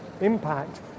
impact